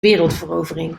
wereldverovering